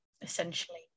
essentially